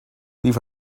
leave